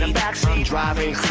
and that's driving